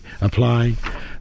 apply